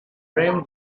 rim